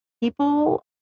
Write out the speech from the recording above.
people